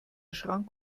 schrank